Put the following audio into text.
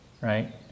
right